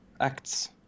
acts